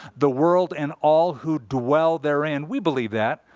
the world and all who dwell therein. we believe that.